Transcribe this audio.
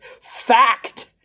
fact